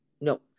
No